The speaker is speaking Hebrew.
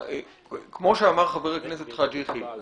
כמו שאמר חבר הכנסת חאג' יחיא,